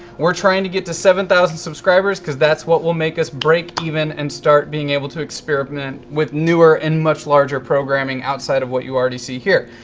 we're trying to get to seven thousand subscribers, because that's what will make us break even and start being able to experiment with newer and much larger programming outside of what you already see here.